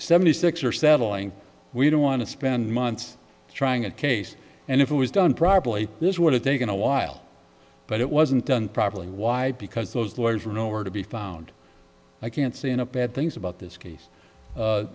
seventy six or settling we don't want to spend months trying a case and if it was done properly this would have taken a while but it wasn't done properly why because those lawyers were nowhere to be found i can't see in a bad things about this